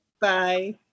Bye